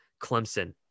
clemson